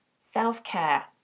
Self-care